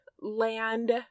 land